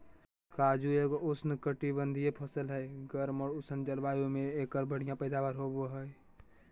काजू एगो उष्णकटिबंधीय फसल हय, गर्म आर उष्ण जलवायु मे एकर बढ़िया पैदावार होबो हय